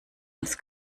uns